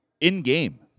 in-game